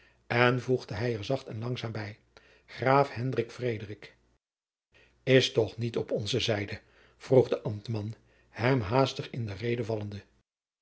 en voegde hij er zacht en langzaam bij graaf hendrik frederik is toch niet op onze zijde vroeg de ambtman hem haastig in de reden vallende